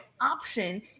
option